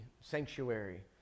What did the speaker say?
sanctuary